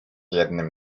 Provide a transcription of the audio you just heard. jednym